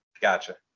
Gotcha